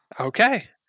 Okay